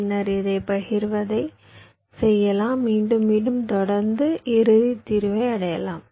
பின்னர் இதைப் பகிர்வதைச் செய்யலாம் மீண்டும் மீண்டும் தொடர்ந்து இறுதி தீர்வை அடையலாம்